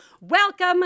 Welcome